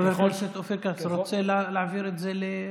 חבר הכנסת אופיר כץ, רוצה להעביר את זה לוועדה?